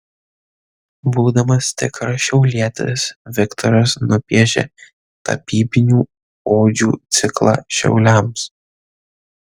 būdamas tikras šiaulietis viktoras nupiešė tapybinių odžių ciklą šiauliams